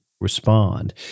respond